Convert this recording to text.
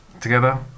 together